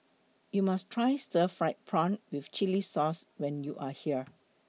YOU must Try Stir Fried Prawn with Chili Sauce when YOU Are here